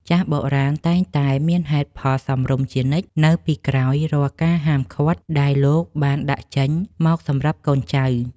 ចាស់បុរាណតែងតែមានហេតុផលសមរម្យជានិច្ច នៅពីក្រោយរាល់ការហាមឃាត់ដែលលោកបានដាក់ចេញមកសម្រាប់កូនចៅ។